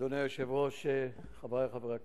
אדוני היושב-ראש, חברי חברי הכנסת,